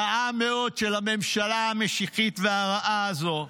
רעה מאוד, של הממשלה המשיחית והרעה הזו.